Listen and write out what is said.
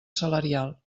salarial